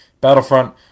battlefront